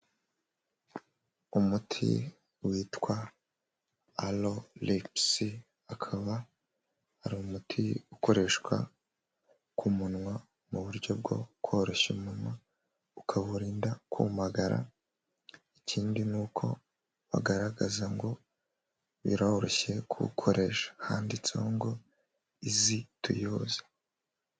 Umuti witwa aroregisi akaba ari umuti ukoreshwa ku munwa mu buryo bwo koroshya umunwa ukawurinda kumagara, ikindi ni uko bagaragaza ngo biroroshye kuwukoresha handitseho ngo izi tu yuze.